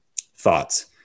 thoughts